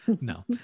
no